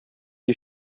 you